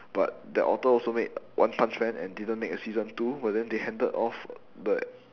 but that author also made one punch man and didn't make a season two but then they handed off the